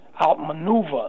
outmaneuver